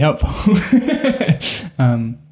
helpful